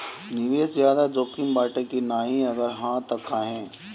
निवेस ज्यादा जोकिम बाटे कि नाहीं अगर हा तह काहे?